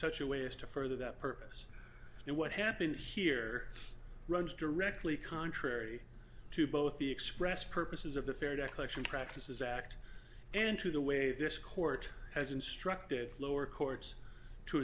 such a way as to further that purpose and what happened here runs directly contrary to both the expressed purposes of the fair debt collection practices act and to the way this court has instructed lower courts to